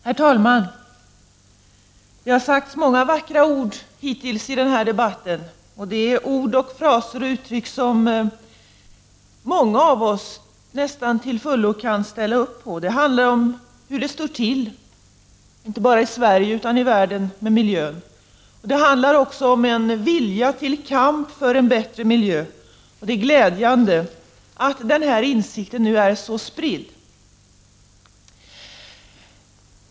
Herr talman! Det har sagts många vackra ord hittills i den här debatten — ord, fraser och uttryck som många av oss nästan till fullo kan ställa upp på. Det handlar om hur det står till med miljön, inte bara i Sverige utan i hela världen. Det handlar också om en vilja till kamp för en bättre miljö. Det är glädjande att den insikten nu är så spridd.